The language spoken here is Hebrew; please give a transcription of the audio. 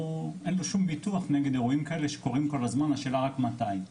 אין לו שום ביטוח נגד אירועים כאלה שקורים כל הזמן והשאלה רק מתי,